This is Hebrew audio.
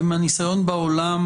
ומהניסיון בעולם,